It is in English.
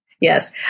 Yes